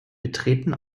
betreten